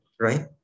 right